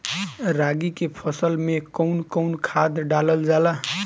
रागी के फसल मे कउन कउन खाद डालल जाला?